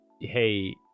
hey